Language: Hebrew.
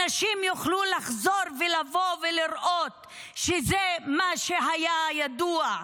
אנשים יוכלו לחזור ולבוא ולראות שזה מה שהיה ידוע.